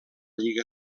lliga